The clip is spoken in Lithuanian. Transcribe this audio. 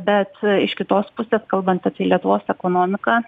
bet iš kitos pusės kalbant apie lietuvos ekonomiką